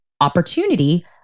opportunity